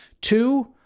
two